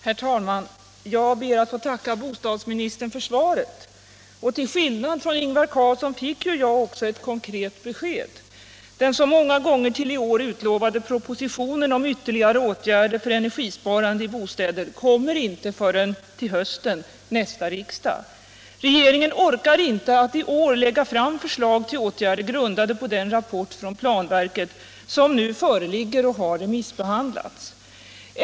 Herr talman! Jag ber att få tacka bostadsministern för svaret. Till skillnad från Ingvar Carlsson fick jag också ett konkret besked: Den så många gånger till i år utlovade propositionen om ytterligare åtgärder för energisparande i bostäder kommer inte förrän nästa riksdag. Regeringen orkar inte till detta riksmöte lägga fram förslag till åtgärder grundade på den rapport från planverket, som nu föreligger och har remissbehandlats.